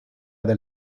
del